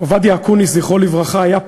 עובדיה אקוניס, זכרו לברכה, היה פחח.